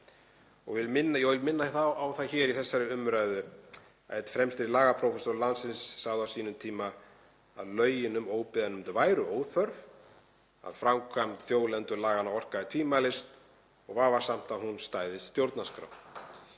Ég vil minna þá á það hér í þessari umræðu að einn fremsti lagaprófessor landsins sagði á sínum tíma að lögin um óbyggðanefnd væru óþörf, að framkvæmd þjóðlendulaganna orkaði tvímælis og vafasamt að hún stæðist stjórnarskrá.